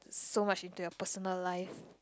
so much into your personal life